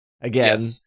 again